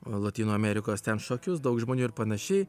lotynų amerikos ten šokius daug žmonių ir panašiai